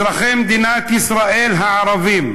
אזרחי מדינת ישראל הערבים,